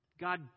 God